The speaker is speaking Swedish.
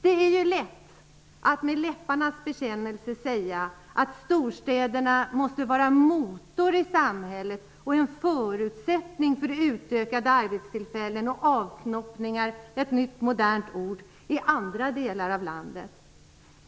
Det är ju lätt att med en läpparnas bekännelse säga att storstäderna måste vara motor i samhället och en förutsättning för utökade arbetstillfällen och avknoppningar -- ett nytt, modernt ord -- i andra delar av landet.